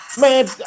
man